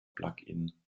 plugin